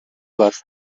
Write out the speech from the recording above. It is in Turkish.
var